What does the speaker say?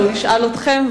הוא ישאל אתכם,